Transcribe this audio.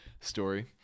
story